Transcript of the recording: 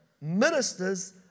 ministers